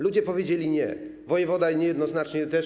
Ludzie powiedzieli: nie, wojewoda, choć niejednoznacznie, też.